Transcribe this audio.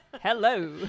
Hello